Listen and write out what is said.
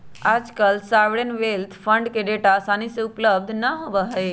आजकल sovereign wealth fund के data आसानी से उपलब्ध ना होबा हई